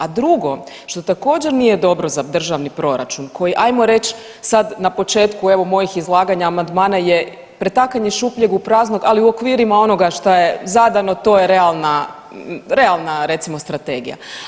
A drugo što također nije dobro za državni proračun koji ajmo reći sad na početku evo mojih izlaganja amandmana je pretakanje šupljeg u prazno ali u okvirima onoga šta je zadano to je realna, realna recimo strategija.